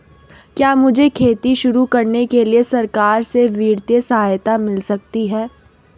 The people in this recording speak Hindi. क्या मुझे खेती शुरू करने के लिए सरकार से वित्तीय सहायता मिल सकती है?